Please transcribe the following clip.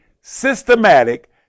systematic